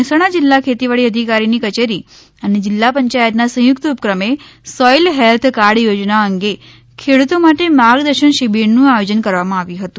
મહેસાણા જિલ્લા ખેતીવાડી અધિકારીની કચેરી અને જિલ્લા પંચાયતના સંયુક્ત ઉપક્રમે સોઇલ હેલ્થ કાર્ડ યોજના અંગે ખેડૂતો માટે માર્ગદર્શન શિબિર નું આયોજન કરવામાં આવ્યું હતું